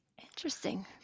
Interesting